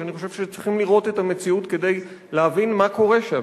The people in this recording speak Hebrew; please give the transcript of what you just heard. ואני חושב שצריך לראות את המציאות כדי להבין מה קורה שם,